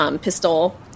pistol